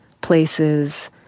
places